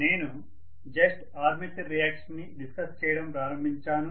నేను just armature reaction ని discuss చేయడం ప్రారంభించాను